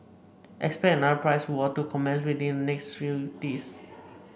expect another price war to commence within the next few days